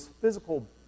physical